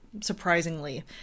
surprisingly